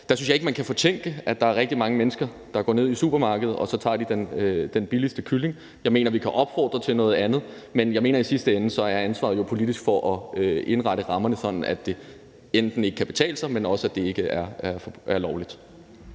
der synes jeg ikke, man kan fortænke nogen i, at der er rigtig mange mennesker, der går ned i supermarkedet og så tager den billigste kylling. Jeg mener, at vi kan opfordre til noget andet, men jeg mener, at i sidste ende er det et politisk ansvar at indrette rammerne, sådan at det enten ikke kan betale sig eller det ikke er lovligt.